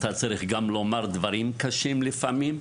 אתה צריך גם לומר דברים קשים, לפעמים,